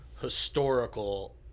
historical